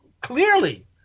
clearly